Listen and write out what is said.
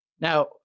Now